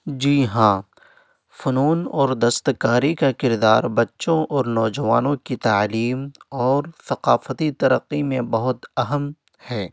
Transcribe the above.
جی ہاں فنون اور دستکاری کا کردار بچوں اور نوجوانوں کی تعلیم اور ثقافتی ترقی میں بہت اہم ہے